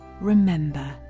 remember